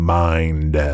mind